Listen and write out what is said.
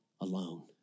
alone